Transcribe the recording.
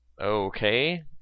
Okay